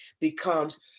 becomes